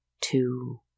Two